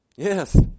Yes